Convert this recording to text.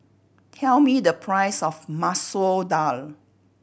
tell me the price of Masoor Dal